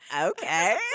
okay